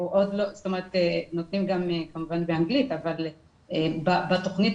נותנים גם כמובן באנגלית אבל בתוכנית